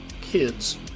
kids